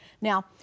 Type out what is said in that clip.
Now